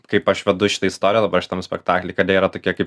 kaip aš vedu šitą istoriją dabar šitam spektakly kad jie yra tokie kaip